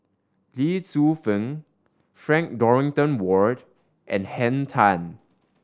Lee Tzu Pheng Frank Dorrington Ward and Henn Tan